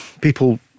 people